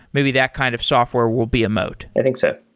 maybe that kind of software will be a moat i think so.